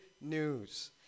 news